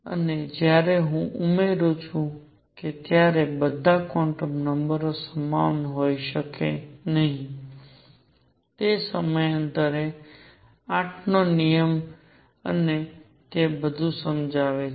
અને જ્યારે હું ઉમેરું છું કે બધા ક્વોન્ટમ નંબરો સમાન ન હોઈ શકે તે સમયાંતરે 8 નો નિયમ અને તે બધું સમજાવે છે